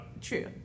true